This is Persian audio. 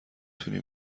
تونی